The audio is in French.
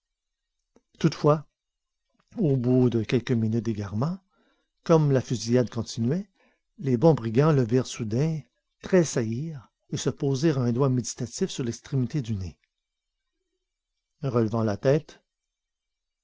toutefois au bout de quelques minutes d'égarement comme la fusillade continuait les bons brigands le virent soudain tressaillir et se poser un doigt méditatif sur l'extrémité du nez relevant la tête